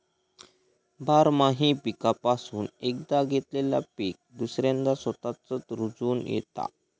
बारमाही पीकापासून एकदा घेतलेला पीक दुसऱ्यांदा स्वतःच रूजोन येता